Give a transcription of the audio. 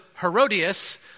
Herodias